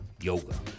Yoga